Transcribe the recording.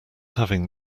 having